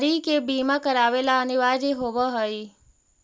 गाड़ि के बीमा करावे ला अनिवार्य होवऽ हई